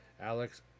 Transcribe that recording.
Alex